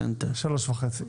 ב-10:30.